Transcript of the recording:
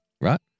Right